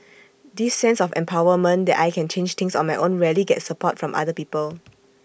this sense of empowerment that I can change things on my own rarely gets support from other people